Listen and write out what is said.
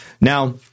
Now